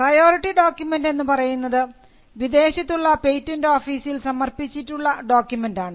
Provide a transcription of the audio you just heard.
priority document എന്ന് പറയുന്നത് വിദേശത്തുള്ള പേറ്റന്റ് ഓഫീസിൽ സമർപ്പിച്ചിട്ടുള്ള ഡോക്യുമെൻറാണ്